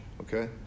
Okay